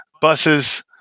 buses